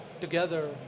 together